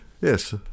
yes